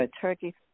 Turkey